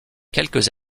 quelques